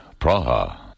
Praha